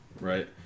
right